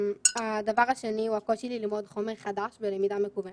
הדבר השני הוא הקושי ללמוד חומר חדש בלמידה מקוונת.